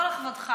לא, לא לכבודך.